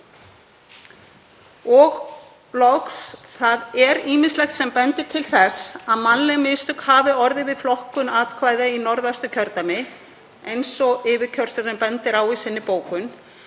á. Loks er ýmislegt sem bendir til þess að mannleg mistök hafi orðið við flokkun atkvæða í Norðvesturkjördæmi eins og yfirkjörstjórnin bendir á í bókun